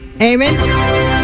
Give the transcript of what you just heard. amen